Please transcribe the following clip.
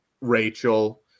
Rachel